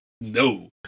no